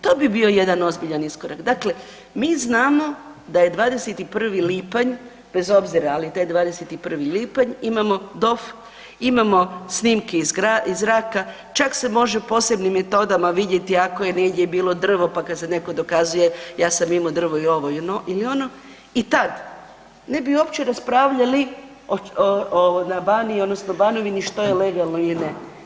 To bi bio jedan ozbiljan iskorak, dakle mi znamo da je 21. lipanj bez obzira, ali taj 21. lipanj, imamo DOF, imamo snimki iz zraka, čak se može posebnim metodama vidjeti ako je negdje bilo drvo pa kad se netko dokazuje ja sam imao drvo i ono ili ono, i tad ne bi uopće raspravljali na baniji odnosno Banovini što je legalno ili ne.